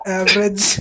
average